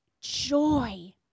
joy